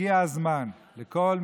הגיע הזמן לבוא ולהתאחד,